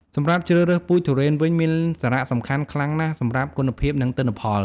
សម្រាប់ជ្រើសរើសពូជទុរេនវិញ មានសារៈសំខាន់ខ្លាំងណាស់សម្រាប់គុណភាព និងទិន្នផល។